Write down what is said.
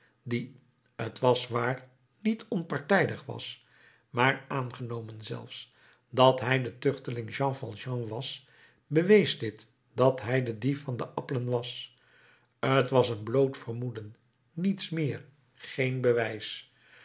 die t was waar niet onpartijdig was maar aangenomen zelfs dat hij de tuchteling jean valjean was bewees dit dat hij de dief van de appelen was t was een bloot vermoeden niets meer geen bewijs